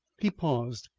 he paused.